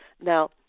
Now